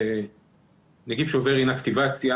זה נגיף שעובר אינאקטיבציה